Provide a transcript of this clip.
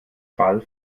fall